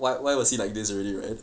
why why was it like this already right